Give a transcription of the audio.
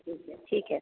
ठीक है ठीक है